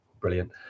Brilliant